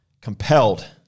compelled